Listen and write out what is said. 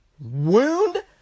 Wound